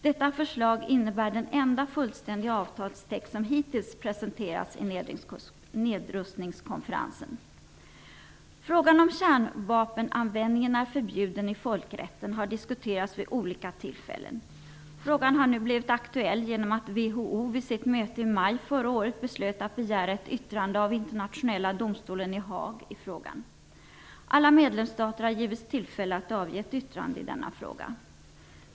Detta förslag innebär den enda fullständiga avtalstext som hittills har presenterats vid nedrustningskonferensen. Frågan om kärnvapenanvändning är förbjuden i folkrätten har diskuterats vid olika tillfällen. Frågan har nu blivit aktuell genom att WHO vid sitt möte i maj förra året beslöt att begära ett yttrande av Internationella domstolen i Haag i frågan. Alla medlemsstater har givits tillfälle att avge ett yttrande i denna fråga.